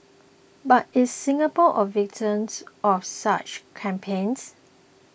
but is Singapore a victims of such campaigns